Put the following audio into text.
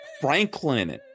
Franklin